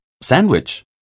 Sandwich